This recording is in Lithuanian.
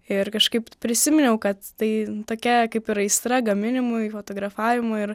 ir kažkaip prisiminiau kad tai tokia kaip ir aistra gaminimui fotografavimui ir